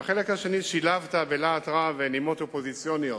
בחלק השני שילבת בלהט רב נימות אופוזיציוניות.